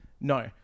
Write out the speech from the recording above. No